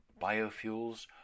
biofuels